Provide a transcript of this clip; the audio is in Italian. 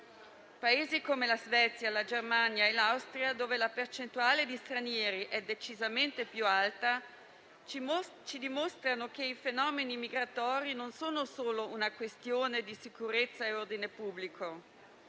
Paesi come la Svezia, la Germania e l'Austria, dove la percentuale di stranieri è decisamente più alta, ci dimostrano che i fenomeni migratori non sono solo una questione di sicurezza e di ordine pubblico.